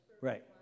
Right